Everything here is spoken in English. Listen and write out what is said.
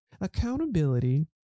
Accountability